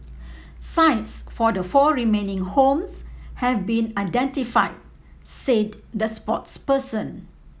sites for the four remaining homes have been identified said the spokesperson